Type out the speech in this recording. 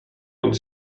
und